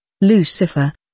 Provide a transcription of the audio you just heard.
Lucifer